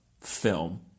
film